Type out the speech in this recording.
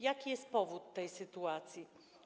Jaki jest powód tej sytuacji?